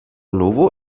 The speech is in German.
novo